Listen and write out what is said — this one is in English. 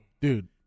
Dude